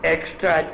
Extra